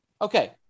Okay